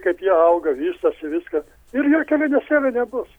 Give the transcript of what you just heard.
kaip jie auga vystosi viskas ir jokio liūdesėlio nebus